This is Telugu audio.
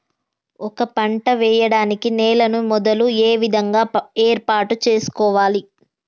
ఒక పంట వెయ్యడానికి నేలను మొదలు ఏ విధంగా ఏర్పాటు చేసుకోవాలి?